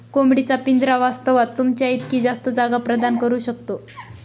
कोंबडी चा पिंजरा वास्तवात, तुमच्या इतकी जास्त जागा प्रदान करू शकतो